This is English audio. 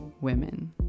women